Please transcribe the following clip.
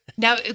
Now